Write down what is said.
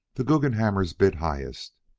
the guggenhammers bid highest,